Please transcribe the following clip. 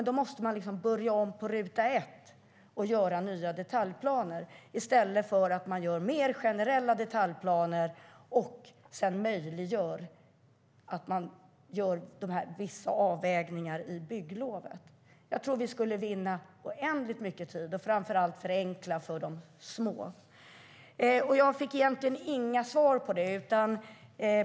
Då måste man börja om på ruta ett och göra nya detaljplaner i stället för att det görs mer generella detaljplaner och möjliggörs för vissa avvägningar i bygglovet. Jag tror att vi skulle vinna oändligt mycket tid och framför allt förenkla för de små. Jag fick egentligen inga svar om detta.